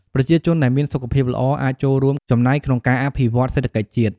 ប្រជាជនដែលមានសុខភាពល្អអាចចូលរួមចំណែកក្នុងការអភិវឌ្ឍសេដ្ឋកិច្ចជាតិ។